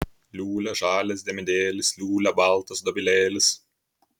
liūlia žalias diemedėlis liūlia baltas dobilėlis